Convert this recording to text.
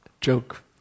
joke